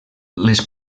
les